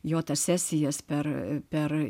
jo sesijas per per